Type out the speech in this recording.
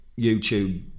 YouTube